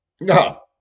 No